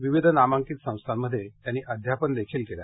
विविध नामांकित संस्थांमध्ये त्यांनी अध्यापनही केलं